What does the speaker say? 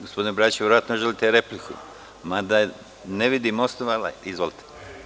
Gospodine Bradiću verovatno želite repliku, mada ne vidim osnova, ali izvolite.